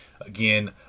Again